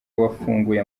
wafunguye